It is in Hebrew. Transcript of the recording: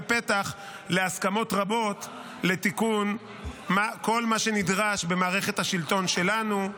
פתח להסכמות רבות לתיקון כל מה שנדרש במערכת השלטון שלנו,